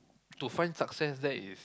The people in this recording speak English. to find success there is